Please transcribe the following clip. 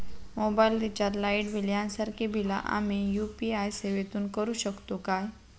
Mobile recharge, light bill यांसारखी बिला आम्ही यू.पी.आय सेवेतून करू शकतू काय?